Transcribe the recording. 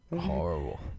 horrible